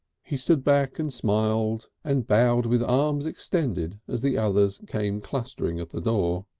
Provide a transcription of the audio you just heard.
he stood back and smiled and bowed with arms extended as the others came clustering at the door.